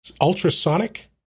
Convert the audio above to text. Ultrasonic